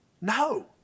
No